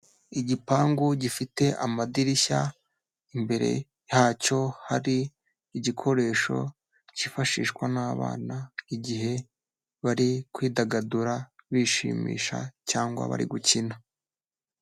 Igipangu gifite amadirishya, imbere yacyo hari igikoresho cyifashishwa n'abana igihe bari kwidagadura, bishimisha cyangwa bari gukina.